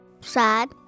Sad